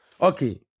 Okay